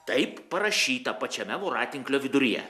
taip parašyta pačiame voratinklio viduryje